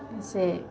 जैसे